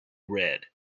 red